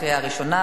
התשע"ב 2011,